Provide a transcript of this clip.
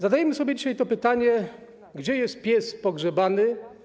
Zadajemy sobie dzisiaj pytanie, gdzie jest pies pogrzebany.